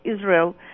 Israel